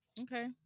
Okay